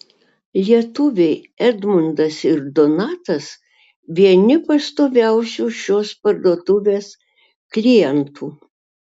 lietuviai edmundas ir donatas vieni pastoviausių šios parduotuvės klientų